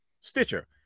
Stitcher